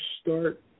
start